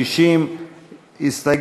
יש עתיד לסעיף 5(2) לא נתקבלה.